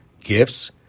gifts